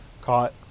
caught